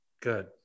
Good